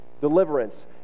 deliverance